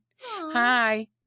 Hi